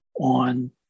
on